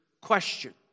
question